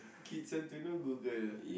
kids want to know Google